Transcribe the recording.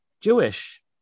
Jewish